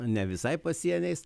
ne visai pasieniais